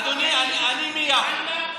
אדוני, אני מיפו.